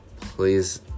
please